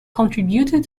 contributed